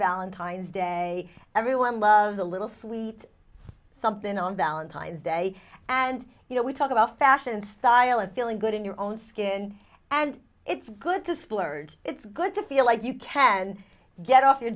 valentine's day everyone loves a little sweet something on downtimes day and you know we talk about fashion and style and feeling good in your own skin and it's good to splurge it's good to feel like you can get off your